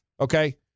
Okay